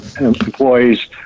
employees